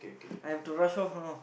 I have to rush off you know